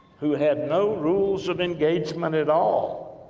who had no rules of engagement at all.